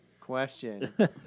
question